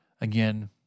Again